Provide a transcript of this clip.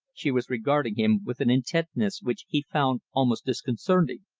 she was regarding him with an intentness which he found almost disconcerting.